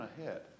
ahead